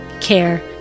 care